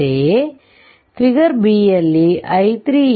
ಅಂತೆಯೇ figure b ಯಲ್ಲಿ i3 6